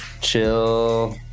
chill